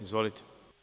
Izvolite.